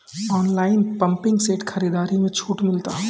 Online pumping set खरीदारी मे छूट मिलता?